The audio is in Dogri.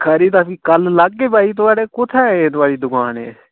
खरी तां फ्ही कल लागे थुआढ़े कुत्थै एह् थुआढ़ी दुकान एह्